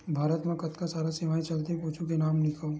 भारत मा कतका सारा सेवाएं चलथे कुछु के नाम लिखव?